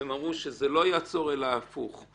והם אמרו שזה לא יעצור אלא הפוך.